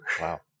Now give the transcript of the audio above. Wow